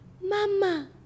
Mama